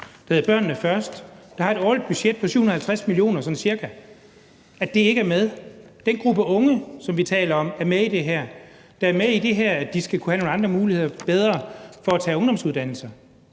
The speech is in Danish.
der hedder »Børnene først«, der har et årligt budget på 750 mio. kr., sådan cirka, at det så ikke er med. I forhold til den gruppe unge, som vi taler om, og som er med i det her, altså at de skal kunne have nogle bedre muligheder for at tage en ungdomsuddannelse,